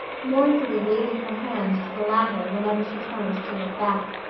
mournfully waving her hand to the latter whenever she turned to look back.